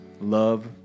love